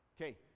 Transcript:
Okay